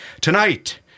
Tonight